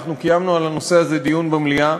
אנחנו קיימנו על הנושא הזה דיון במליאה.